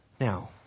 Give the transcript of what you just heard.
Now